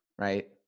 right